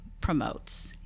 promotes